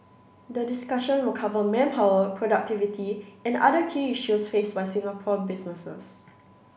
the discussion will cover manpower productivity and other key issues faced by Singapore businesses